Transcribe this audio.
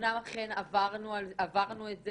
אמנם אכן עברנו את זה